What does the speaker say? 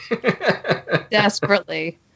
Desperately